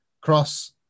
Cross